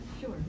Sure